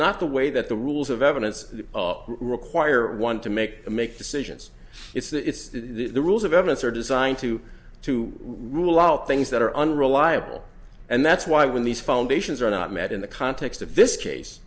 not the way that the rules of evidence require one to make make decisions it's that the rules of evidence are designed to to rule out things that are unreliable and that's why when these foundations are not met in the context of this case